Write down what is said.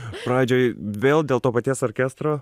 pradžioj vėl dėl to paties orkestro